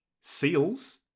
seals